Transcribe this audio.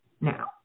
now